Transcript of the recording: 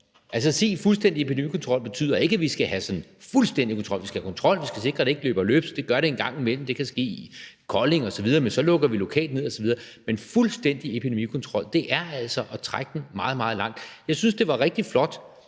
Altså, sig: Fuldstændig epidemikontrol betyder ikke, at vi skal have sådan fuldstændig kontrol, men at vi skal have kontrol og vi skal sikre, at det ikke løber løbsk; det gør det en gang imellem, det kan ske i Kolding osv., men så lukker vi lokalt ned, osv. Men fuldstændig epidemikontrol er altså at trække den meget, meget langt. Jeg synes, det var rigtig flot,